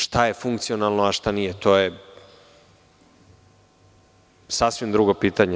Šta je funkcionalno, a šta nije, to je sasvim drugo pitanje.